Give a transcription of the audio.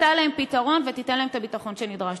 תמצא להם פתרון ותיתן להם את הביטחון שנדרש.